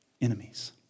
enemies